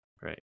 Right